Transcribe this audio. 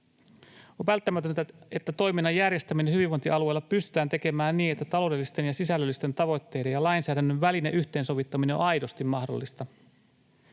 On välttämätöntä, että toiminnan järjestäminen hyvinvointialueilla pystytään tekemään niin, että taloudellisten ja sisällöllisten tavoitteiden ja lainsäädännön välinen yhteensovittaminen on aidosti mahdollista.